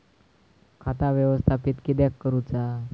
खाता व्यवस्थापित किद्यक करुचा?